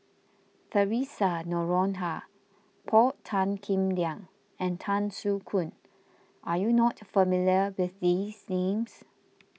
theresa Noronha Paul Tan Kim Liang and Tan Soo Khoon are you not familiar with these names